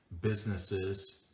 businesses